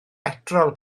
betrol